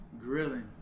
Grilling